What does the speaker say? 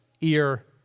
ear